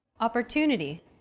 Opportunity